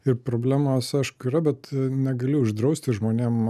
ir problemos aišku yra bet negali uždrausti žmonėm